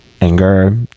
anger